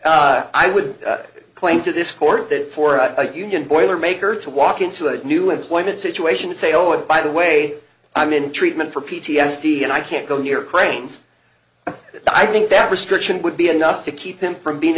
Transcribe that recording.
i would claim to this court that for a union boilermaker to walk into a new employment situation and say oh and by the way i'm in treatment for p t s d and i can't go near crane's i think that restriction would be enough to keep him from being